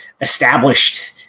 established